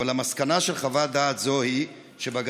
אבל המסקנה של חוות דעת זו היא ש"בגדה